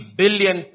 billion